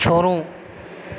छोड़ू